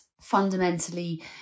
fundamentally